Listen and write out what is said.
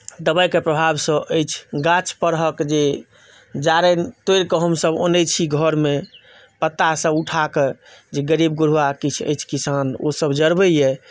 दवाइक प्रभावसभ अछि गाछ परहक जे जारनि तोड़िके हमसभ अनैत छी घरमे पत्तासभ उठाके जे गरीब गुरबा किछु अछि किसान ओसभ जड़बैए